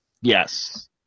Yes